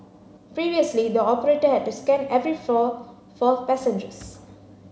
previously the operator had to scan every floor for passengers